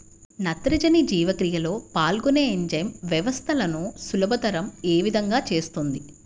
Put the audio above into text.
నత్రజని జీవక్రియలో పాల్గొనే ఎంజైమ్ వ్యవస్థలను సులభతరం ఏ విధముగా చేస్తుంది?